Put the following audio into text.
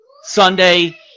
Sunday